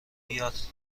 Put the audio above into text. بیاد